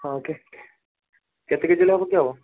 ହଁ କେ କେତେ କେଜି ଲେଖାଁ ପକେଇ ହେବ